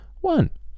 one